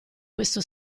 questo